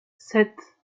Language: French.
sept